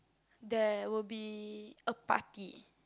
there will be a party